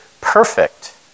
perfect